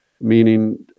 meaning